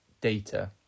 data